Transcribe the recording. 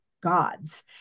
God's